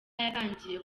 yatangiye